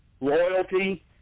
loyalty